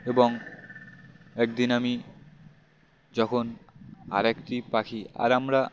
এবং একদিন আমি যখন আর একটি পাখি আর আমরা